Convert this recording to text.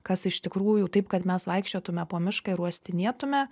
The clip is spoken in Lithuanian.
kas iš tikrųjų taip kad mes vaikščiotume po mišką ir uostinėtume